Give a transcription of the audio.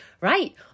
Right